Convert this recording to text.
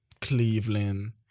Cleveland